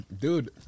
dude